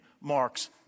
Mark's